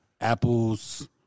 apples